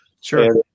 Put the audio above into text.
Sure